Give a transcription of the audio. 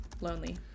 Lonely